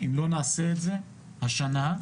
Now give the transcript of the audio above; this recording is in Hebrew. אם לא נעשה את זה, השנה,